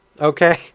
okay